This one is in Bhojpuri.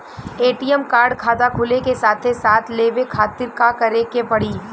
ए.टी.एम कार्ड खाता खुले के साथे साथ लेवे खातिर का करे के पड़ी?